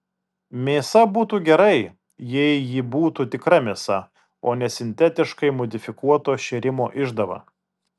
mėsa būtų gerai jei ji būtų tikra mėsa o ne sintetiškai modifikuoto šėrimo išdava